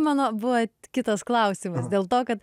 mano buvo kitas klausimas dėl to kad